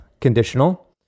conditional